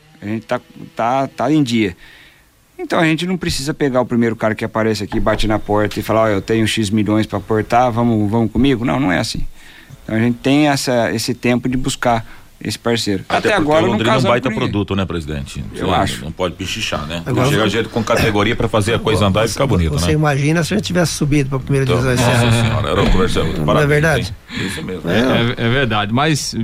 A gente tá- tá- tá em dia. Então, a gente não precisa pegar o primeiro cara que aparece aqui, bate na porta e falar, "Ó, eu tenho X milhões pra aportar, vamos- vamos comigo?" Não, não é assim. Então, a gente tem essa- esse tempo de buscar esse parceiro. Até Até porque agora, o eu não Londrina é um casava baita com ninguém. produto, né, presidente? Eu Sim, acho. não pode pichichar, né? Agora Chega você- gente com categoria pra fazer a coisa andar e ficar Você- bonito, você né? imagina se eu tivesse subido pra primeira Então- divisão esse Nossa ano? Senhora, era uma conversa- outra Não é parada aí, verdade? hein? Isso mesmo. É- É- é verdade, mas